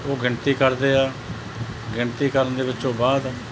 ਉਹ ਗਿਣਤੀ ਕਰਦੇ ਆ ਗਿਣਤੀ ਕਰਨ ਦੇ ਵਿੱਚੋਂ ਬਾਅਦ